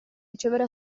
ricevere